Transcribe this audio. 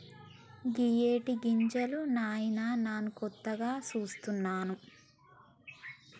ఇయ్యేటి గింజలు నాయిన నాను కొత్తగా సూస్తున్నాను